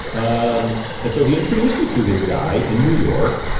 um and so he introduced me to his guy in new york,